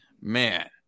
man